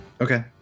Okay